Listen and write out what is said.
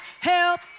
help